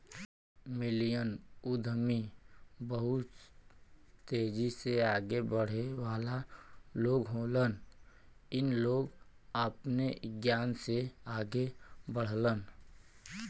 millennial उद्यमी बहुत तेजी से आगे बढ़े वाला लोग होलन इ लोग अपने ज्ञान से आगे बढ़लन